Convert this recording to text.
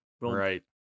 Right